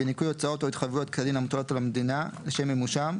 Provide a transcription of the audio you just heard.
בניכוי הוצאות או התחייבויות כדין המוטלות על המדינה לשם מימושם,